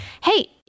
hey